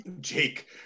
Jake